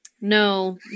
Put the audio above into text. No